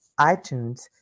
iTunes